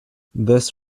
this